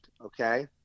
okay